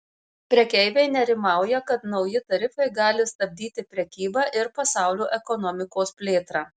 prekeiviai nerimauja kad nauji tarifai gali stabdyti prekybą ir pasaulio ekonomikos plėtrą